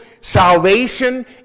salvation